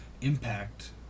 impact